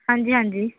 ਹਾਂਜੀ ਹਾਂਜੀ